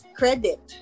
credit